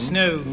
Snow